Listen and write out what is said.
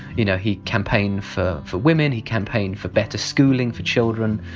you know he campaigned for for women he campaigned for better schooling for children.